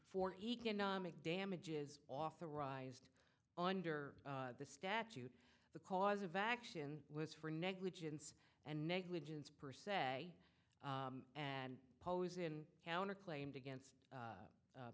for economic damages authorized under the statute the cause of action was for negligence and negligence per se and pose in counter claimed against